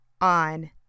on